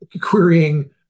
querying